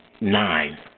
Nine